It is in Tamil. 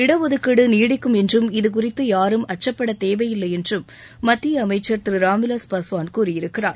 இடஒதுக்கீடு நீடிக்கும் என்றும் இதுகுறித்து யாரும் அச்சப்பட தேவையில்லை என்றும் மத்திய அமைச்சள் திரு ராம்விலாஸ் பாஸ்வான் கூறியிருக்கிறார்